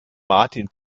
martin